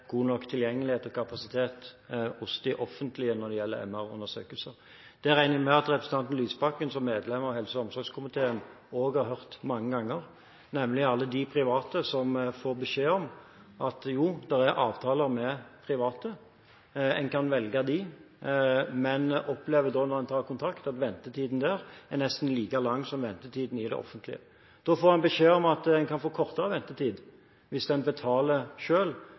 god nok tilgjengelighet og kapasitet hos de offentlige når det gjelder MR-undersøkelser. Det regner jeg med at representanten Lysbakken, som medlem av helse- og omsorgskomiteen, også har hørt mange ganger. Pasienter får beskjed om at det er avtaler med private, og man kan velge dem, men de opplever at ventetiden der er nesten like lang som i det offentlige, når man tar kontakt med dem. Da får man beskjed om at man kan få kortere ventetid hvis man betaler